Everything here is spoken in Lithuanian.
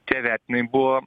tie vertinimai buvo